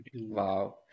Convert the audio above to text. Wow